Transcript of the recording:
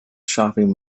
shopping